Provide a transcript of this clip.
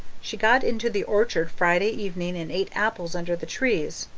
she got into the orchard friday evening and ate apples under the trees,